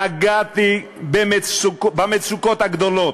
נגעתי במצוקות הגדולות,